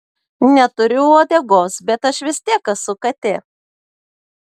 neturiu uodegos bet aš vis tiek esu katė